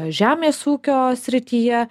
žemės ūkio srityje